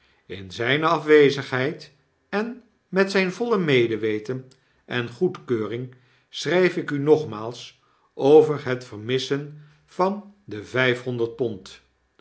in zyne afwezigheid en met zyn voile medeweten en goedkeuring schryfik u nogmaals over het vermissen van de vyfhonderd pond